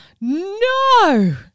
No